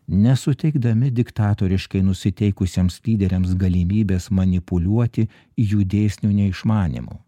nesuteikdami diktatoriškai nusiteikusiems lyderiams galimybės manipuliuoti jų dėsnių neišmanymu